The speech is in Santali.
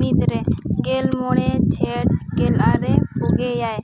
ᱢᱤᱫ ᱨᱮ ᱜᱮᱞ ᱢᱚᱬᱮ ᱪᱷᱮᱴ ᱜᱮᱞ ᱟᱨᱮ ᱯᱩᱜᱮ ᱮᱭᱟᱭ